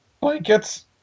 blankets